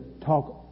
talk